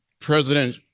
President